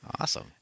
Awesome